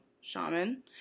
shaman